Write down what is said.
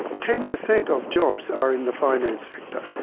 ten per cent of jobs are in the finance sector,